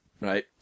right